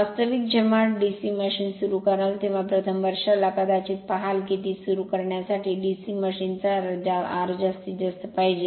वास्तविक जेव्हा DC machine सुरू कराल तेव्हा प्रथम वर्षाला कदाचित पहाल की ती सुरू करण्यासाठी डीसी मशीन चा R जास्तीतजास्त पाहिजे